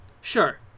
Sure